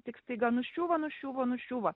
tik staiga nuščiūva nuščiūva nuščiūva